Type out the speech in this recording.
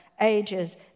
ages